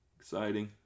Exciting